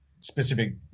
specific